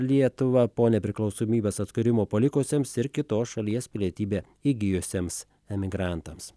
lietuvą po nepriklausomybės atkūrimo palikusiems ir kitos šalies pilietybę įgijusiems emigrantams